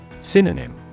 Synonym